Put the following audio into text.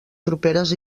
properes